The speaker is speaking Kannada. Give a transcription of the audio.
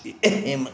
ಇ ಇನ್ನು